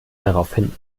daraufhin